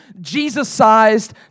Jesus-sized